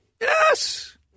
Yes